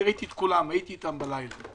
ראיתי את כולם, הייתי איתם בלילה.